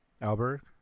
Albert